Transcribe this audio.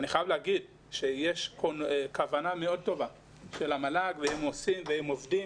אני חייב להגיד שיש כוונה מאוד טובה של המל"ג והם עושים והם עובדים.